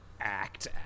act